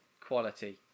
quality